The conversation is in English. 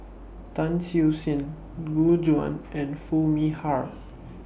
Tan Siew Sin Gu Juan and Foo Mee Har